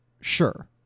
Sure